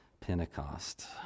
Pentecost